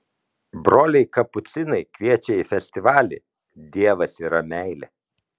broliai kapucinai kviečia į festivalį dievas yra meilė